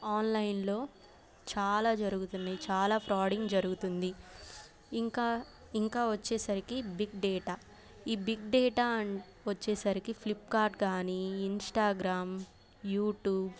ఆన్లైన్లో చాలా జరుగుతున్నాయి చాలా ఫ్రాడ్ జరుగుతుంది ఇంకా ఇంకా వచ్చేసరికి బిగ్ డేటా ఈ బిగ్ డేటా వచ్చేసరికి ఫ్లిప్కార్ట్ కానీ ఇన్స్టాగ్రామ్ యూటూబ్